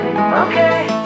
Okay